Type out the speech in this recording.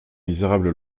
misérable